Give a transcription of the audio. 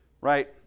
Right